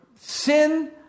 sin